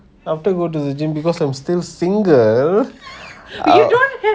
after go to the gym because I'm still single I'll